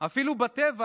אפילו בטבע